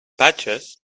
badgers